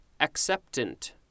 acceptant